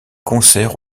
concerts